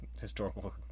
historical